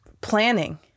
planning